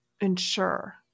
ensure